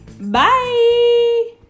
Bye